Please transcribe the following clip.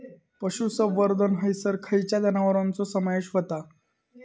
पशुसंवर्धन हैसर खैयच्या जनावरांचो समावेश व्हता?